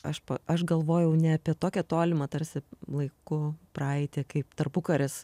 aš aš galvojau ne apie tokią tolimą tarsi laiku praeitį kaip tarpukaris